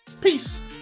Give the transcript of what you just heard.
Peace